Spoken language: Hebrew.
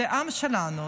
זה העם שלנו,